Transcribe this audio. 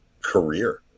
career